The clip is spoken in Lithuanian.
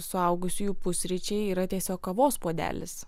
suaugusiųjų pusryčiai yra tiesiog kavos puodelis